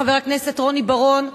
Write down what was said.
חבר הכנסת רוני בר-און,